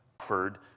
offered